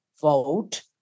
vote